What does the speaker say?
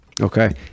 Okay